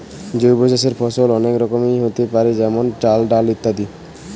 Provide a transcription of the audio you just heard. জৈব চাষের ফসল অনেক রকমেরই হোতে পারে যেমন চাল, ডাল ইত্যাদি